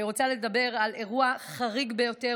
אני רוצה לדבר על אירוע חריג ביותר